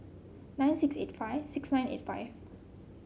nine six eight five six nine eight five